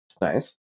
Nice